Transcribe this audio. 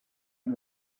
une